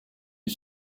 you